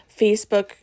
Facebook